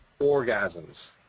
orgasms